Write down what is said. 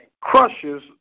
crushes